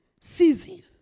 season